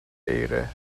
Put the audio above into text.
دقیقه